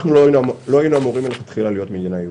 אנחנו לא היינו אמורים להיות מדינה יהודית,